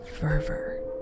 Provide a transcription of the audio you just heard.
fervor